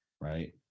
right